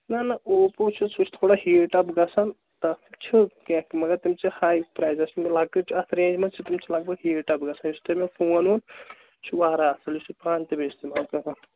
نہ نہ اوپو چھُ سُہ چھُ تھوڑا ہیٖٹ اَپ گژھان تَتھ چھُ کیٚنٛہہ تہِ مگر تِم چھِ ہاے پرٛایزَس مےٚ لَکٕٹۍ اَتھ رینٛج منٛز چھُ تِم چھِ لگ بگ ہیٖٹ اَپ گژھان یُس تۄہہِ مےٚ فون وون چھُ واراہ اَصٕل یہِ چھُ پانہٕ تہِ بیٚیہِ اِستعمال کران